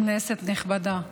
כנסת נכבדה,